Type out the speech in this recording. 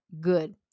good